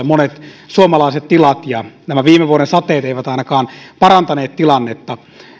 monet suomalaiset tilat ja nämä viime vuoden sateet eivät ainakaan parantaneet tilannetta